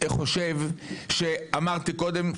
אמרתי קודם,